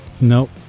nope